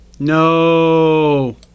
No